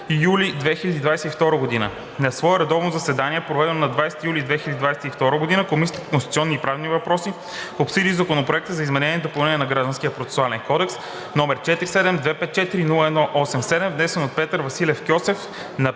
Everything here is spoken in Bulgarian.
5 юли 2022 г. На свое редовно заседание, проведено на 20 юли 2022 г., Комисията по конституционни и правни въпроси обсъди Законопроект за изменение и допълнение на Гражданския процесуален кодекс, № 47-254-01-87, внесен от Петър Василев Кьосев на